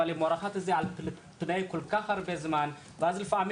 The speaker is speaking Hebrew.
אבל מורחת את זה על פני כל כך הרבה זמן ואז לפעמים,